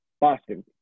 Boston